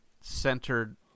centered